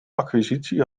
acquisitie